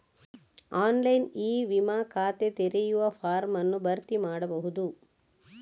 online e ವಿಮಾ ಖಾತೆ ತೆರೆಯುವ ಫಾರ್ಮ್ ಅನ್ನು ಭರ್ತಿ ಮಾಡಬಹುದು